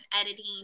editing